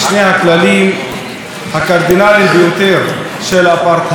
של אפרטהייד הם: 1. עליונות אתנית,